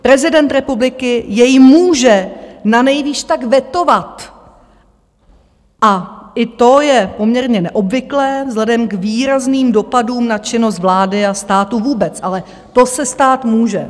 Prezident republiky jej může nanejvýš tak vetovat a i to je poměrně neobvyklé vzhledem k výrazným dopadům na činnost vlády a státu vůbec, ale to se stát může.